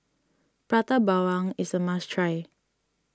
Prata Bawang is a must try